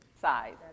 size